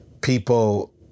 people